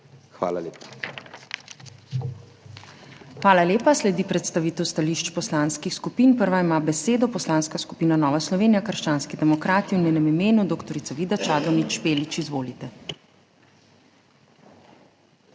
ZUPANČIČ:** Hvala lepa. Sledi predstavitev stališč poslanskih skupin. Prva ima besedo Poslanska skupina Nova Slovenija - krščanski demokrati, v njenem imenu doktorica Vida Čadonič Špelič. Izvolite.